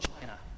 China